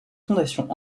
fondations